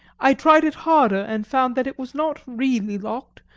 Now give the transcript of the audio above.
i tried it harder, and found that it was not really locked,